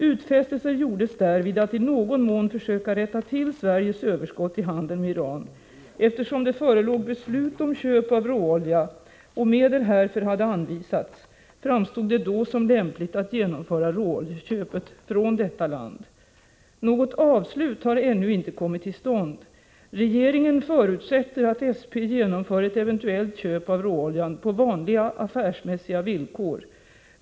Utfästelser gjordes därvid att i någon mån försöka rätta till Sveriges överskott i handeln med Iran. Eftersom det förelåg beslut om köp av råolja och medel härför hade anvisats, framstod det då som lämpligt att genomföra råoljeköpet från detta land. Något avslut har ännu inte kommit till stånd. Regeringen förutsätter att SP genomför ett eventuellt köp av råoljan på vanliga affärsmässiga villkor.